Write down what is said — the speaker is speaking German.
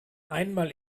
einmal